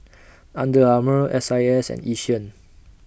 Under Armour S I S and Yishion